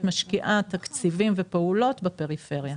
משקיעה תקציבים ופעולות בפריפריה.